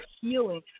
healing